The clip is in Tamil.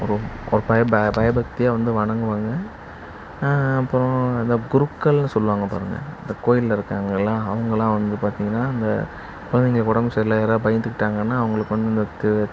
ஒரு ஒரு பய பய பயபக்தியாக வந்து வணங்குவாங்க அ அப்புறம் அந்த குருக்கள்னு சொல்வாங்க பாருங்கள் இந்தக் கோயிலில் இருக்காங்கல்ல எல்லாம் அவங்கல்லாம் வந்து பார்த்தீங்கன்னா இந்த குழந்தைங்களுக்கு உடம்பு சரியில்லை யாராவது பயந்துக்கிட்டாங்கன்னா அவங்களுக்கு வந்து இந்த த